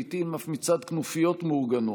לעיתים אף מצד כנופיות מאורגנות,